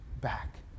back